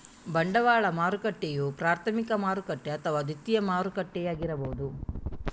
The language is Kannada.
ಬಂಡವಾಳ ಮಾರುಕಟ್ಟೆಯು ಪ್ರಾಥಮಿಕ ಮಾರುಕಟ್ಟೆ ಅಥವಾ ದ್ವಿತೀಯ ಮಾರುಕಟ್ಟೆಯಾಗಿರಬಹುದು